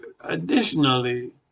additionally